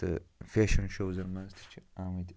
تہٕ فٮ۪شَن شوزن منٛز تہِ چھِ آمٕتۍ